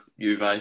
Juve